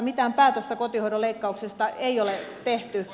mitään päätöstä kotihoidon leikkauksesta ei ole tehty